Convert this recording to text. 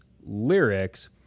lyrics